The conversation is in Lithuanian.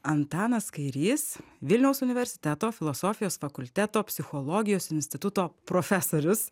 antanas kairys vilniaus universiteto filosofijos fakulteto psichologijos instituto profesorius